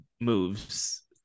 moves